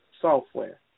software